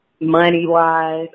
money-wise